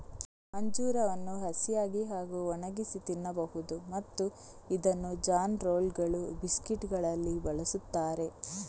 ಅಂಜೂರವನ್ನು ಹಸಿಯಾಗಿ ಹಾಗೂ ಒಣಗಿಸಿ ತಿನ್ನಬಹುದು ಮತ್ತು ಇದನ್ನು ಜಾನ್ ರೋಲ್ಗಳು, ಬಿಸ್ಕೆಟುಗಳಲ್ಲಿ ಬಳಸುತ್ತಾರೆ